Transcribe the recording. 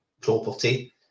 property